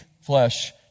flesh